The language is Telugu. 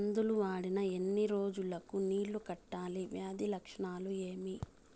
మందులు వాడిన ఎన్ని రోజులు కు నీళ్ళు కట్టాలి, వ్యాధి లక్షణాలు ఏమి?